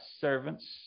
servants